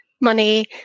money